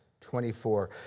24